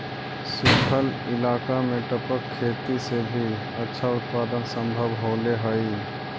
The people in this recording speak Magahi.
सूखल इलाका में टपक खेती से भी अच्छा उत्पादन सम्भव होले हइ